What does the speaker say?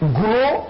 grow